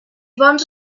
bons